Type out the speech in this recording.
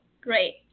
Great